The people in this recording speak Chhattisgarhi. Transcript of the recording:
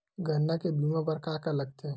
गन्ना के बीमा बर का का लगथे?